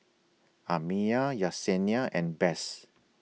Amiya Yessenia and Bess